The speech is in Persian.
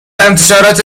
انتشارات